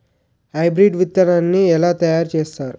Hybrid విత్తనాన్ని ఏలా తయారు చేస్తారు?